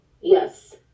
Yes